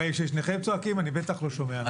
כששניכם צועקים, אני בטח לא שומע.